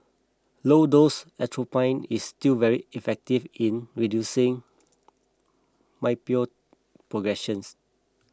low dose atropine is still very effective in reducing myopia progressions